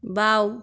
বাওঁ